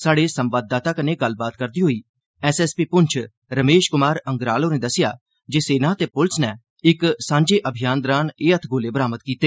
साढ़े संवाददाता कन्नै गल्लबात करदे होई एसएसपी पुंछ रामेश कुमार अंग्राल होरें दस्सेआ जे सेना ते पुलस नै इक सांझे अभियान दरान एह हत्थगोले बरामद कीते